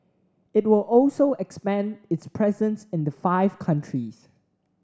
it will also expand its presence in the five countries